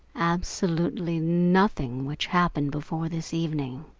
absolutely nothing, which happened before this evening.